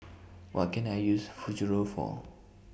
What Can I use Futuro For